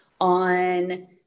on